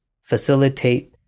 facilitate